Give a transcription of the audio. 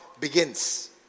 begins